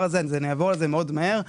יכלה להיות סיטואציה שהיינו מציגים לכם את זה,